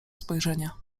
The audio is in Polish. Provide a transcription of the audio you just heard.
spojrzenia